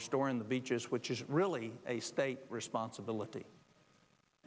restoring the beaches which is really a state responsibility